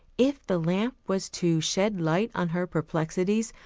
if the lamp was to shed light on her perplexities,